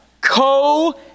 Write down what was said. co